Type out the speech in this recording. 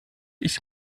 ich